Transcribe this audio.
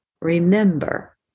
remember